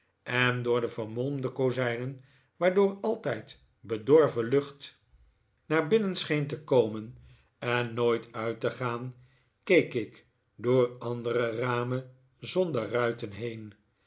en door de vermolmde kozijnen waardoor altijd bedorven lucht twee stemmen in martha's kamer naar biiinen scheen te komen en ndbit uit te gaan keek ik door andere ramen zonder ruiten heen